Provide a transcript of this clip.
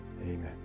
Amen